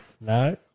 No